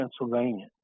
Pennsylvania